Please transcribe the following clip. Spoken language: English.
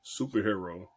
superhero